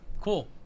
cool